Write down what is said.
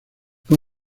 fue